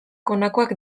honakoak